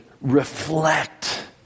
reflect